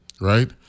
right